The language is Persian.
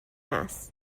است